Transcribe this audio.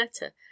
letter